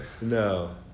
no